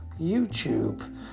YouTube